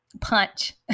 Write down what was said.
punch